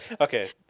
Okay